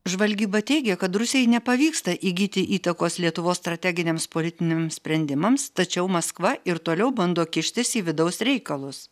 žvalgyba teigia kad rusijai nepavyksta įgyti įtakos lietuvos strateginiams politiniams sprendimams tačiau maskva ir toliau bando kištis į vidaus reikalus